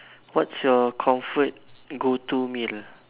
what's your comfort go to meal